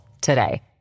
today